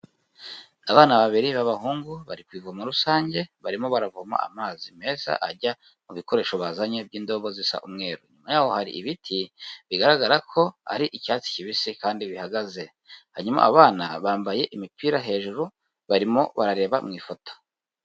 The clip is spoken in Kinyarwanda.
Abana babiri b'abahungu bari ku ivomo rusange barimo baravoma amazi meza ajya mu bikoresho bazanye by'indobo zisa umweru. Inyuma yaho hari ibiti bigaragara ko ari icyatsi kibisi kandi bihagaze. Hanyuma abana bambaye imipira hejuru barimo barareba mu ifoto.